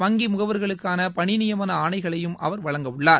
வங்கி முகவர்களுக்கான பணிநியமன ஆணைகளையும் அவர் வழங்கவுள்ளார்